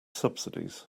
subsidies